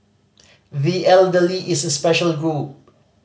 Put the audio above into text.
the elderly is a special group